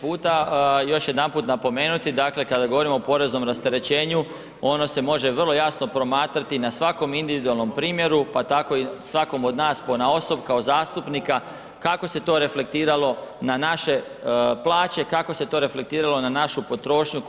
Pa evo probat ću po treći puta još jedanput napomenuti, dakle kada govorimo o poreznom rasterećenju ono se može vrlo jasno promatrati na svakom individualnom primjeru pa tako svakom od nas ponaosob kao zastupnika kako se to reflektiralo na naše plaće, kako se to reflektiralo na našu potrošnju